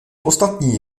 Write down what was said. ostatní